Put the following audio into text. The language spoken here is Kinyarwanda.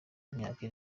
imyaka